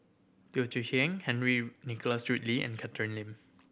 Teo Chee Hean Henry Nicholas Ridley and Catherine Lim